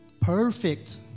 perfect